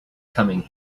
coming